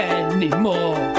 anymore